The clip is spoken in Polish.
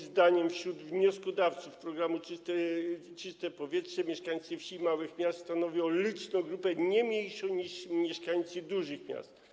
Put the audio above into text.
Zdaniem moim i wnioskodawców programu „Czyste powietrze” mieszkańcy wsi i małych miast stanowią liczną grupę, nie mniejszą niż mieszkańcy dużych miast.